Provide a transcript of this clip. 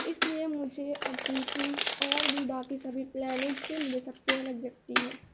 اس لیے مجھے پرتھوی اور بھی باقی سبھی پلانیٹ سے مجھے سب سے الگ لگتی ہیں